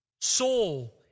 soul